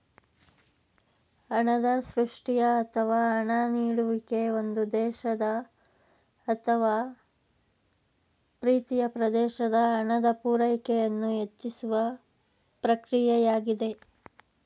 ಹಣದ ಸೃಷ್ಟಿಯ ಅಥವಾ ಹಣ ನೀಡುವಿಕೆ ಒಂದು ದೇಶದ ಅಥವಾ ಪ್ರೀತಿಯ ಪ್ರದೇಶದ ಹಣದ ಪೂರೈಕೆಯನ್ನು ಹೆಚ್ಚಿಸುವ ಪ್ರಕ್ರಿಯೆಯಾಗಿದೆ